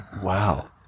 wow